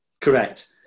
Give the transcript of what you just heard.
Correct